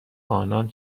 آنان